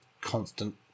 constant